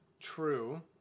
True